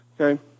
Okay